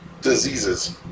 diseases